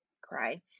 cry